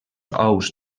ous